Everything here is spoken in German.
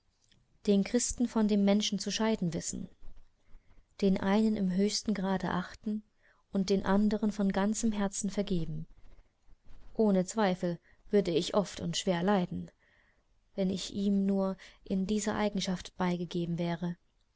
den christen von dem menschen zu scheiden wissen den einen im höchsten grade achten und dem andern von ganzem herzen vergeben ohne zweifel würde ich oft und schwer leiden wenn ich ihm nur in dieser eigenschaft beigegeben wäre